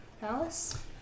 palace